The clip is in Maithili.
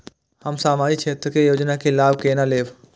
हम सामाजिक क्षेत्र के योजना के लाभ केना लेब?